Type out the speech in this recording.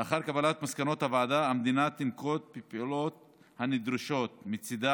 לאחר קבלת מסקנות הוועדה המדינה תנקוט את הפעולות הנדרשות מצידה